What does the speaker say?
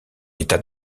état